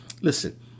listen